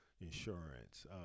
insurance